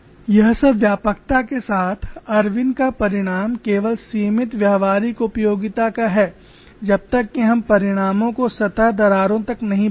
यह सब व्यापकता के साथ इरविन का परिणाम केवल सीमित व्यावहारिक उपयोगिता का है जब तक कि हम परिणामों को सतह दरारों तक नहीं बढ़ाते